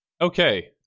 Okay